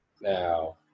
Now